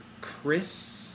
Chris